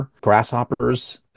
grasshoppers